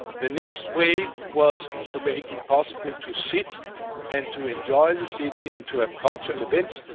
the next wave was to make it possible to sit and to enjoy the city, and to have cultural events.